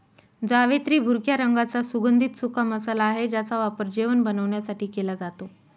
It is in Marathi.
जावेत्री भुरक्या रंगाचा सुगंधित सुका मसाला आहे ज्याचा वापर जेवण बनवण्यासाठी केला जातो